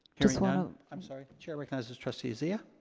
just want to. i'm sorry, chair recognizes trustee zia.